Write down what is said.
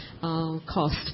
cost